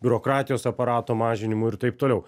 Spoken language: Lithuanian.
biurokratijos aparato mažinimu ir taip toliau